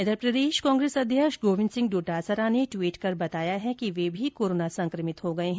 इघर प्रदेश कांग्रेस अध्यक्ष गोविन्द सिंह डोटासरा ने टवीट कर बताया है कि वे भी कोरोना संक्रमित हो गये हैं